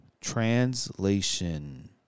Translation